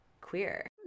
queer